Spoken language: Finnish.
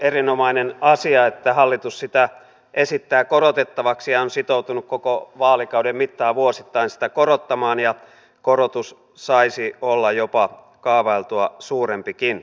erinomainen asia että hallitus sitä esittää korotettavaksi ja on sitoutunut koko vaalikauden mittaan vuosittain sitä korottamaan ja korotus saisi olla jopa kaavailtua suurempi